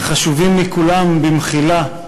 וחשובים מכולם, במחילה,